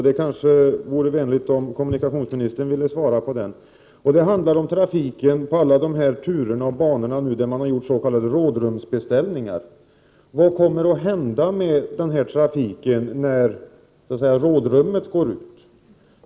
Det vore vänligt av kommunikationsministern om han ville svara på den. Frågan handlar om trafiken på alla de turer och banor där man nu har gjort s.k. rådrumsbeställningar. Vad kommer att hända med den trafiken när rådrummet går ut?